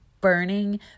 burning